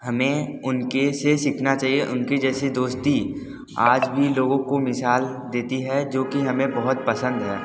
हमें उनके से सीखना चाहिए उनके जैसी दोस्ती आज भी लोगों को मिसाल देती है जो कि हमें बहुत पसंद है